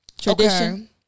Tradition